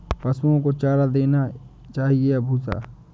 पशुओं को चारा देना चाहिए या भूसा?